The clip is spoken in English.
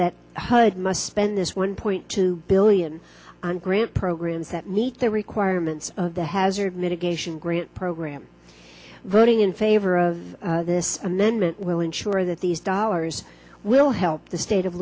that hud must spend this one point two billion grant programs that meet the requirements of the hazard mitigation grant program voting in favor of this and then that will ensure that these dollars will help the state of